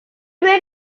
red